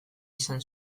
izan